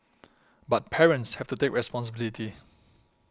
but parents have to take responsibility